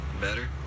Better